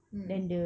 hmm